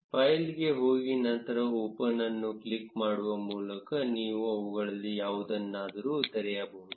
ಫೈಲ್ಗೆ ಹೋಗಿ ನಂತರ ಓಪನ್ಅನ್ನು ಕ್ಲಿಕ್ ಮಾಡುವ ಮೂಲಕ ನೀವು ಅವುಗಳಲ್ಲಿ ಯಾವುದನ್ನಾದರೂ ತೆರೆಯಬಹುದು